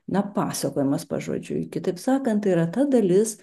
na pasakojimas pažodžiui kitaip sakant yra ta dalis